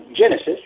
Genesis